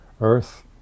Earth